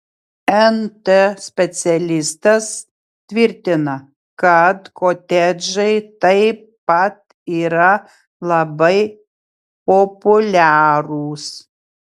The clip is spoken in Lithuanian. nt specialistas tvirtina kad kotedžai taip pat yra labai populiarūs